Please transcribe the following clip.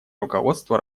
руководство